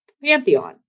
Pantheon